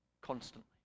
constantly